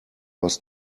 was